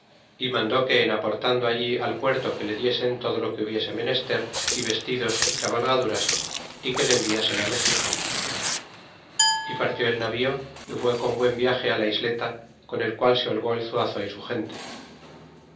y mandó que en aportando allí al puerto que le diesen todo lo que hubiese menester y vestidos y cavalgaduras é que le enviasen méxico y partió el navío é fue con buen viage la isleta con el qual se holgó el zuazo y su gente